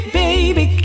baby